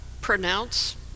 pronounce